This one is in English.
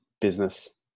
business